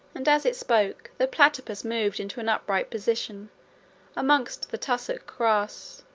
and as it spoke, the platypus moved into an upright position amongst the tussock grass,